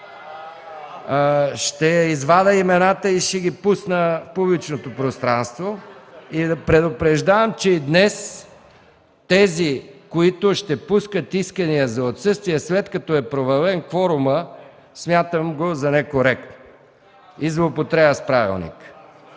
Ще извадя имената и ще ги пусна в публичното пространство. Предупреждавам днес тези, които ще пускат искания за отсъствия, след като е провален кворумът, смятам го за некоректно и злоупотреба с Правилника